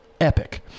epic